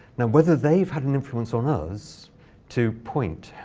now, whether they've had an influence on us to point,